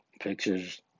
pictures